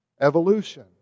evolution